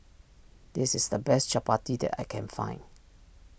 this is the best Chapati that I can find